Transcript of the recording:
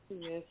Yes